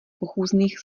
pochůzných